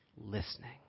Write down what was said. listening